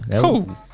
Cool